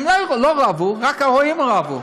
הם לא רבו, רק הרועים רבו.